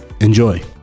Enjoy